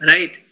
Right।